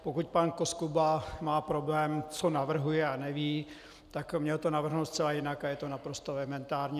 Pokud pan Koskuba má problém, co navrhuje a neví, tak měl to navrhnout zcela jinak a je to naprosto elementární.